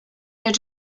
noted